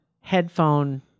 headphone